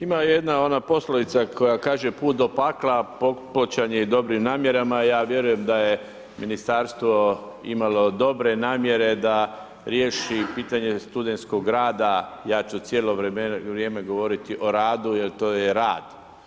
Ima jedna ona poslovica koja kaže put do pakla … i dobrim namjerama, a ja vjerujem da je ministarstvo imalo dobre namjere da riješi pitanje studentskog rada, ja ću cijelo vrijeme govoriti o radu jer to je rad.